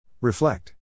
Reflect